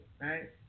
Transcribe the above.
right